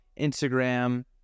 Instagram